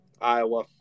Iowa